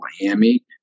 Miami